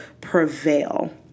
prevail